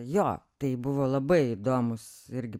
jo tai buvo labai įdomus irgi